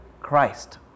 Christ